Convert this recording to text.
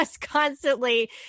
constantly